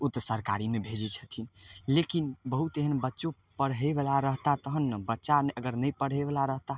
ओ तऽ सरकारीमे भेजै छथिन लेकिन बहुत एहन बच्चो पढ़ैवला रहताह तहन ने बच्चामे अगर नहि पढ़ैवला रहताह